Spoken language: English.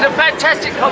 um fantastic um